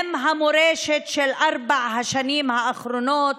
הם המורשת של ארבע השנים האחרונות,